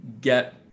get